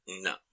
No